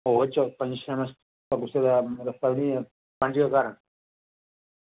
होर पंज गै घर न